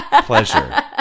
pleasure